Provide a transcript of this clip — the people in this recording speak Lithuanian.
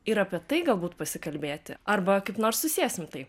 ir apie tai galbūt pasikalbėti arba kaip nors susiesim tai